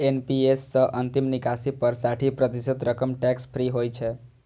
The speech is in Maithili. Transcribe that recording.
एन.पी.एस सं अंतिम निकासी पर साठि प्रतिशत रकम टैक्स फ्री होइ छै